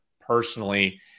personally